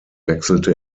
wechselte